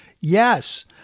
Yes